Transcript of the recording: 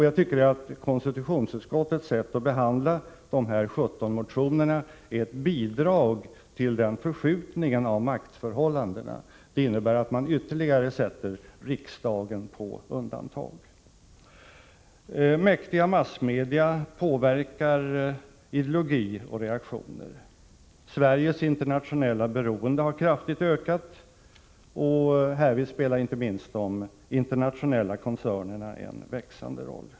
Jag tycker att konstitutionsutskottets sätt att behandla dessa 17 motioner är ett bidrag till den förskjutningen av maktförhållandena. Det innebär att man ytterligare sätter riksdagen på undantag. Mäktiga massmedia påverkar ideologi och reaktioner. Sveriges internationella beroende har kraftigt ökat. Härvid spelar inte minst de internationella koncernerna en växande roll.